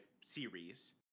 series